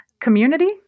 Community